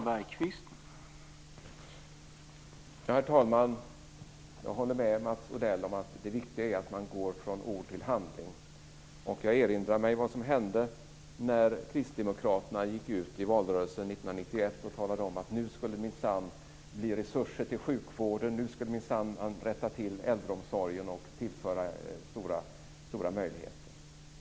Herr talman! Jag håller med Mats Odell om att det viktiga är att gå från ord till handling. Jag erinrar mig vad som hände när kristdemokraterna gick ut i valrörelsen 1991 och talade om att det minsann skulle bli resurser till sjukvården och att man skulle rätta till brister i äldreomsorgen och ge den stora möjligheter.